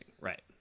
right